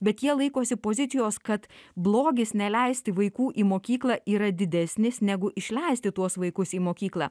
bet jie laikosi pozicijos kad blogis neleisti vaikų į mokyklą yra didesnis negu išleisti tuos vaikus į mokyklą